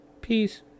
peace